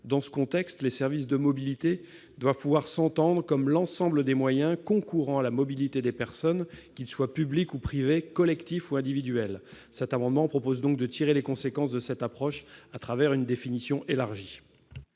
Dans ce contexte, les services de mobilité doivent pouvoir s'entendre comme l'ensemble des moyens concourant à la mobilité des personnes, qu'ils soient publics ou privés, collectifs ou individuels. Cet amendement vise donc à tirer les conséquences de cette approche au travers d'une définition élargie.